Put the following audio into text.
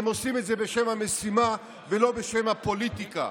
הם עושים את זה בשם המשימה ולא בשם הפוליטיקה.